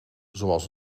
zoals